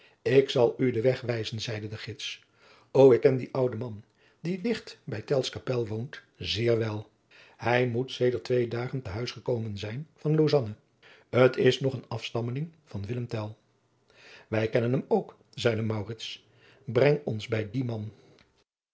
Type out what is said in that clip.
ik zal u den weg wijzen zeide de gids o ik ken dien ouden man die digt bij tells kapel woont zeer wel hij moet federt twee dagen te huis gekomen zijn van lausanne t is nog een afstammeling van willem tell wij kennen hem ook zeide maurits breng ons bij dien man